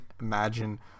Imagine